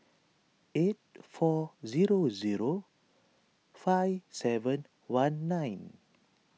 eight four zero zero five seven one nine